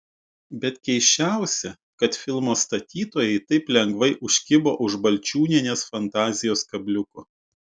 bet keisčiausia kad filmo statytojai taip lengvai užkibo už balčiūnienės fantazijos kabliuko